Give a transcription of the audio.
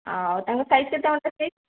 ଆଉ ତାଙ୍କ ସାଇଜ୍ କେତେ ଅଣ୍ଟା ସାଇଜ୍